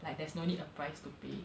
like there's no need a price to pay